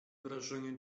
wrażenie